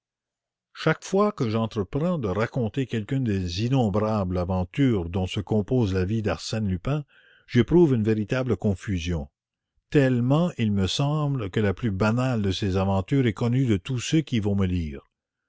chaque fois que j'entreprends de raconter quelqu'une des innombrables aventures dont se compose la vie d'arsène lupin j'éprouve une véritable confusion tellement il me semble que la plus banale de ces aventures est connue de tous ceux qui vont me lire